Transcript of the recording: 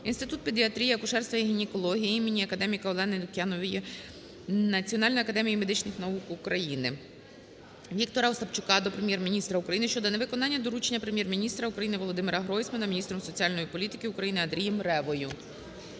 "Інститут педіатрії, акушерства і гінекології імені академіка Олени Лук'янової НАМН України". Віктора Остапчука до Прем'єр-міністра України щодо невиконання доручення прем'єр-міністра України ВолодимираГройсмана міністром соціальної політики України Андрієм Ревою.